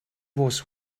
was